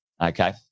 Okay